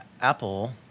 Apple